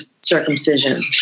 circumcision